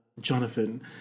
Jonathan